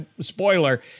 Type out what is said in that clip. spoiler